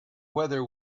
whether